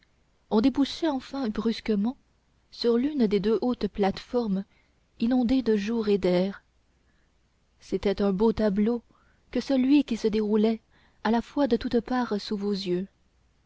on débouchait enfin brusquement sur l'une des deux hautes plates-formes inondées de jour et d'air c'était un beau tableau que celui qui se déroulait à la fois de toutes parts sous vos yeux